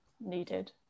needed